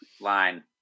line